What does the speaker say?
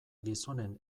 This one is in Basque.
gizonen